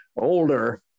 older